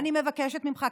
אני מבקשת ממך,